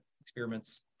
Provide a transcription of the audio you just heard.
experiments